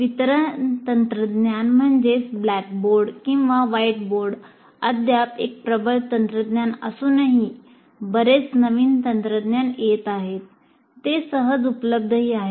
वितरण तंत्रज्ञान म्हणजेच ब्लॅकबोर्ड अद्याप एक प्रबळ तंत्रज्ञान असूनही बरेच नवीन तंत्रज्ञान येत आहेत ते सहज उपलब्धही आहेत